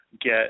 get